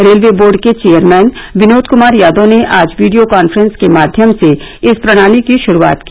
railway board के chairman Vinod Kumar Yadav ने आज वीडियो कांफ्रेंस के माध्यम से इस प्रणाली की शुरूआत की